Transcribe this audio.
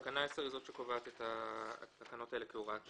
תקנה 10 קובעת את התקנות האלה כהוראת שעה.